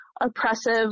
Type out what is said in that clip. oppressive